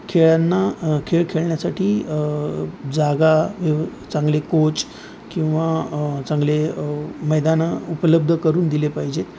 खेळांना खेळ खेळण्यासाठी जागा चांगले कोच किंवा चांगले मैदानं उपलब्ध करून दिले पाहिजेत